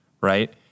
Right